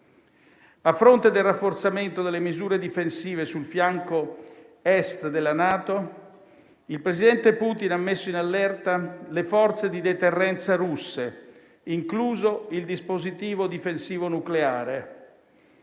A fronte del rafforzamento delle misure difensive sul fianco Est della NATO, il presidente Putin ha messo in allerta le forze di deterrenza russe, incluso il dispositivo difensivo nucleare.